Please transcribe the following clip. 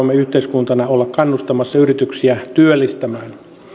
kuinka voimme yhteiskuntana olla kannustamassa yrityksiä työllistämään